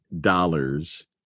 dollars